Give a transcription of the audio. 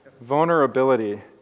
Vulnerability